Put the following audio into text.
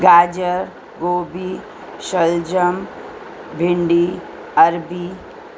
گاجر گوبھی شلجم بھنڈی عربی